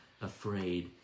afraid